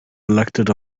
elected